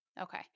Okay